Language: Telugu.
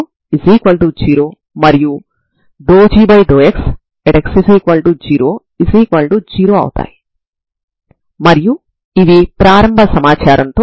కాబట్టి మీరు ఈ మూడు సమస్యలను పరిష్కరించవచ్చు సరేనా